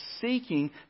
seeking